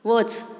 वच